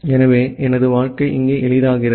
எனவே எனது வாழ்க்கை இங்கே எளிது